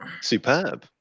Superb